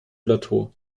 plateau